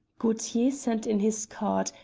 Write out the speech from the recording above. gaultier sent in his card,